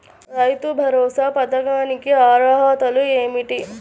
రైతు భరోసా పథకానికి అర్హతలు ఏమిటీ?